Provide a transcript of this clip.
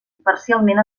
parcialment